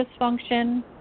dysfunction